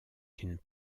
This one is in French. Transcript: d’une